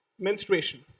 menstruation